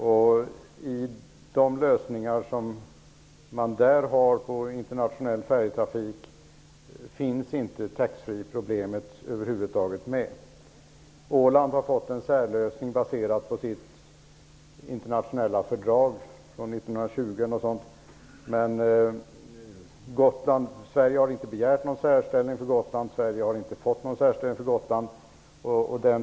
Bland EU:s lösningar för internationell färjetrafik finns över huvud taget inte problemet med taxfreeförsäljningen med. Åland har fått till stånd en särlösning, baserad på dess internationella fördrag från tiden kring 1920. Men Sverige har varken begärt någon särställning för Gotland eller fått någon sådan beviljad.